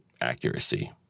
accuracy